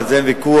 ועל זה אין ויכוח.